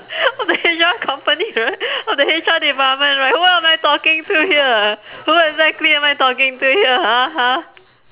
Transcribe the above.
of the H_R company right of the H_R department right who am I talking to here who exactly am I talking to here ha ha